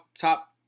top